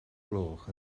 gloch